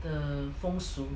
the form su~